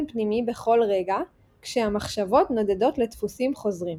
פנימי בכל רגע כשהמחשבות נודדות לדפוסים חוזרים.